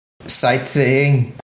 sightseeing